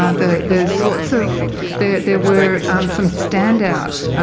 um the the sorts of there there were some standout